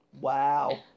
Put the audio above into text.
Wow